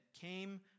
came